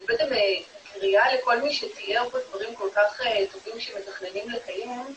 זו בעצם קריאה לכל מי שתיאר פה דברים כל כך טובים שמתכננים --- זה